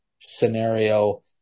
scenario